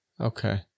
Okay